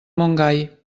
montgai